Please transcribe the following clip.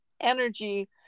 energy